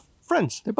friends